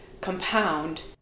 compound